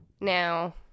Now